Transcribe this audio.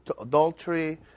adultery